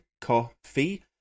coffee